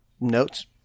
Notes